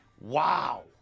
wow